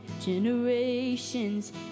generations